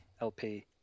LP